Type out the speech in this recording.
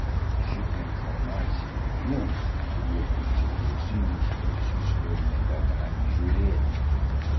ši informacija tiems kurie į citrusinius vaisius jau nebegali žiūrėti